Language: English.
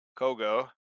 Kogo